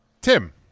Tim